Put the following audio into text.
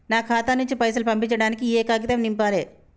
నా ఖాతా నుంచి పైసలు పంపించడానికి ఏ కాగితం నింపాలే?